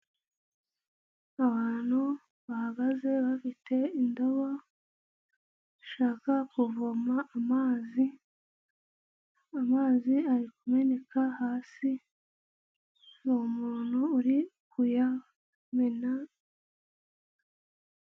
Abantu bahagaze bafite indobo zishaka kuvoma amazi. Amazi ari kumeneka hasi, ni muntu uri kuyamena.